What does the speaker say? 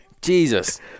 Jesus